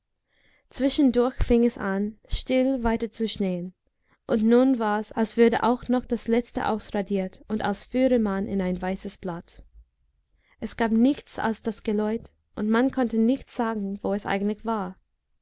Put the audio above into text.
zwischendurch fing es an still weiterzuschneien und nun wars als würde auch noch das letzte ausradiert und als führe man in ein weißes blatt es gab nichts als das geläut und man konnte nicht sagen wo es eigentlich war